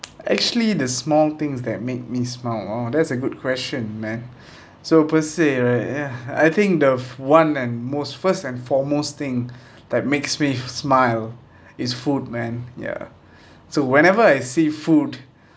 actually the small things that make me smile orh that's a good question man so per se right ya I think the f~ one and most first and foremost thing that makes me smile is food man ya so whenever I see food